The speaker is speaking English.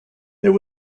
there